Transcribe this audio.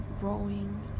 growing